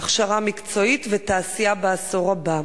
להכשרה מקצועית ולתעשייה בעשור הבא.